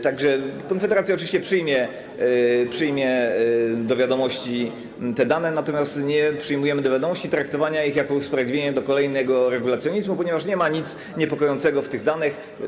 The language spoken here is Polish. Tak że Konfederacja oczywiście przyjmie do wiadomości te dane, natomiast nie przyjmujemy do wiadomości traktowania ich jako usprawiedliwienia dla kolejnego regulacjonizmu, ponieważ nie ma nic niepokojącego w tych danych.